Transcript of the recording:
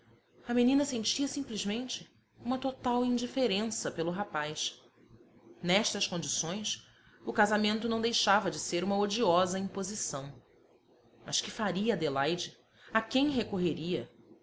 a menina sentia simplesmente uma total indiferença pelo rapaz nestas condições o casamento não deixava de ser uma odiosa imposição mas que faria adelaide a quem recorreria